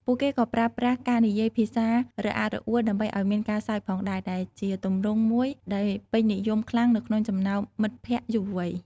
ពួកគេក៏ប្រើប្រាស់ការនិយាយភាសាររអាក់រអួលដើម្បីឱ្យមានការសើចផងដែរ ដែលជាទម្រង់មួយដែលពេញនិយមខ្លាំងនៅក្នុងចំណោមមិត្តភក្តិយុវវ័យ។